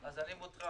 אז אני מוטרד.